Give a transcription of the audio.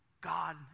God